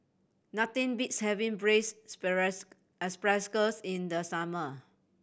nothing beats having braised asparagus in the summer